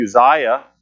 Uzziah